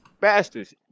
bastards